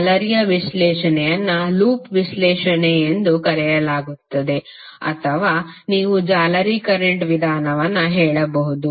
ಜಾಲರಿ ವಿಶ್ಲೇಷಣೆಯನ್ನು ಲೂಪ್ ವಿಶ್ಲೇಷಣೆ ಎಂದೂ ಕರೆಯಲಾಗುತ್ತದೆ ಅಥವಾ ನೀವು ಜಾಲರಿ ಕರೆಂಟ್ ವಿಧಾನವನ್ನು ಹೇಳಬಹುದು